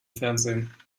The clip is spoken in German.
fernsehen